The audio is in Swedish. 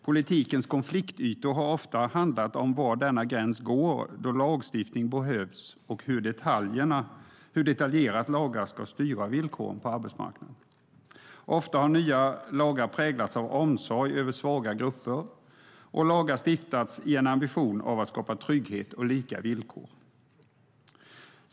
Politikens konfliktytor har ofta handlat om var gränsen går, när lagstiftning behövs och hur detaljerat lagar ska styra villkoren på arbetsmarknaden. Ofta har nya lagar präglats av omsorg om svaga grupper, och lagar har stiftats i en ambition att skapa trygghet och lika villkor.